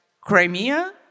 Crimea